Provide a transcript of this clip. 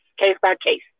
case-by-case